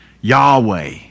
Yahweh